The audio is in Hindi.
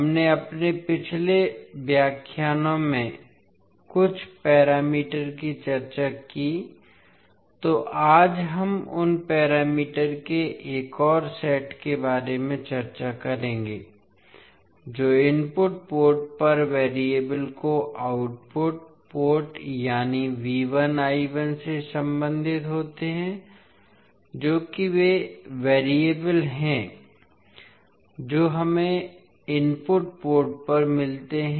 हमने अपने पिछले व्याख्यानों में कुछ पैरामीटर की चर्चा की तो आज हम उन पैरामीटर के एक और सेट के बारे में चर्चा करेंगे जो इनपुट पोर्ट पर वैरिएबल को आउटपुट पोर्ट यानी से संबंधित होते हैं जो कि वे वैरिएबल हैं जो हमें इनपुट पोर्ट पर मिलते हैं